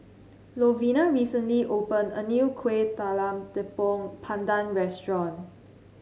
Lovina recently opened a new Kueh Talam Tepong Pandan Restaurant